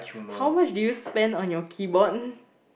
how much do you spend on your keyboard